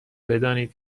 بدانید